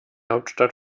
hauptstadt